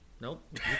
Nope